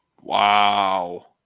Wow